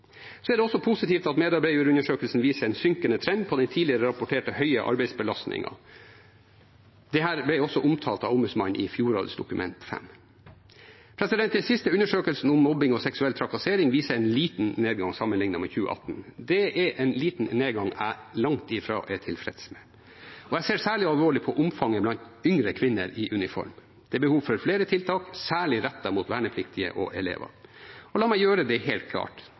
er også positivt at medarbeiderundersøkelsen viser en synkende trend når det gjelder den tidligere rapporterte store arbeidsbelastningen. Dette ble også omtalt av Ombudsmannen for Forsvaret i fjorårets Dokument 5. Den siste undersøkelsen om mobbing og seksuell trakassering viser en liten nedgang sammenlignet med 2018. Det er en nedgang jeg langt ifra er tilfreds med. Jeg ser særlig alvorlig på omfanget blant yngre kvinner i uniform. Det er behov for flere tiltak, særlig rettet mot vernepliktige og elever. Og la meg gjøre det helt klart: